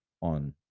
on